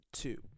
two